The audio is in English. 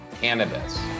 cannabis